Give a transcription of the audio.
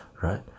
right